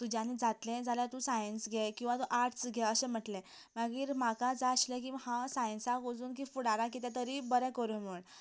तुज्यान जातलें जाल्यार तूं सायंस घे किंवा तूं आर्ट्स घे अशें म्हणलें मागीर म्हाका जाय आशिल्लें की हांव सायंसाक वचूंक की फुडाराक तरी बरी करूंक म्हूण